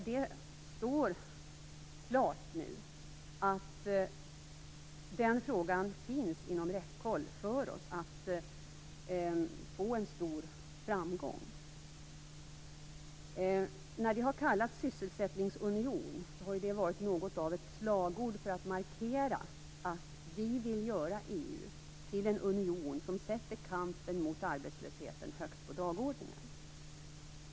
Det står nu klart att det finns inom räckhåll för oss att få en stor framgång i den frågan. "Sysselsättningsunion" har varit något av ett slagord för att markera att Sverige vill göra EU till en union som sätter kampen mot arbetslösheten högst på dagordningen.